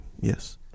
Yes